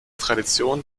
tradition